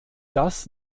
das